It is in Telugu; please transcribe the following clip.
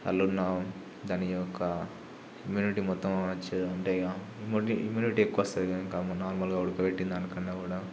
దాని యొక్క ఇమ్యూనిటీ మొత్తం వచ్చి ఉంటే ఇగ ఇమ్యూనిటీ ఇమ్యూనిటీ ఎక్కువ వస్తాయి కదా ఇంకా నార్మల్గా ఉడకబెట్టిన దానికన్నా కూడా